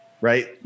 Right